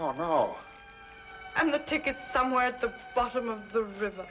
oh i'm the ticket somewhere at the bottom of the river